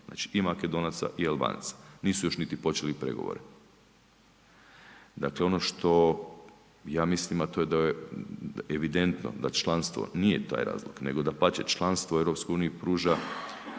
Znači i Makedonaca i Albanaca, nisu još niti počeli pregovore. Dakle ono što ja mislim a to je da je evidentno da članstvo nije taj razlog nego dapače, članstvo u EU pruža